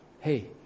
hey